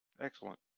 Excellent